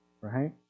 Right